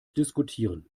diskutieren